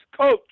Coach